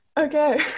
okay